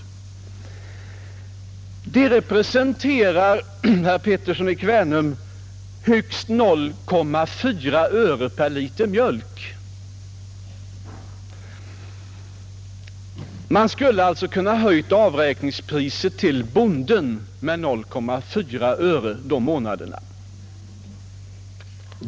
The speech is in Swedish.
Denna summa representerar, herr Pettersson i Kvänum, högst 0,4 öre per liter mjölk. Man skulle alltså ha kunnat höja avräkningspriset till bonden med 0,4 öre för dessa månader.